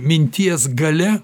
minties galia